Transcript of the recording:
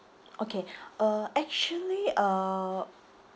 okay uh actually uh